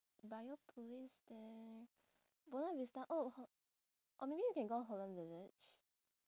biopolis there buona vista oh or maybe we can go holland village